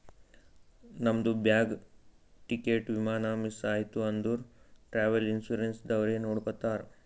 ನಮ್ದು bag, ticket, ವಿಮಾನ miss ಐಯ್ತ ಅಂದುರ್ ಟ್ರಾವೆಲ್ ಇನ್ಸೂರೆನ್ಸ್ ದವ್ರೆ ನೋಡ್ಕೊತ್ತಾರ್